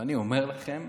ואני אומר לכם,